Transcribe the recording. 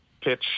pitch